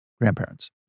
Grandparents